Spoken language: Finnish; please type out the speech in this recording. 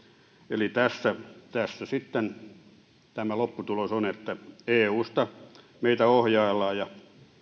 eli sitten tämä lopputulos tässä on että eusta meitä ohjaillaan ja